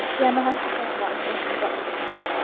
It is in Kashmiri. کیٚنہہ نہٕ حظ چھُ پَرواے کیٚنہہ چھُنہٕ پَرواے